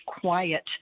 quiet